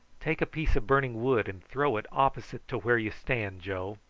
take a piece of burning wood and throw it opposite to where you stand, joe.